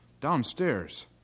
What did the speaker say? Downstairs